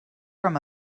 from